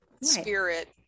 Spirit